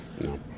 No